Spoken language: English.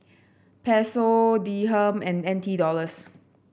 Peso Dirham and N T Dollars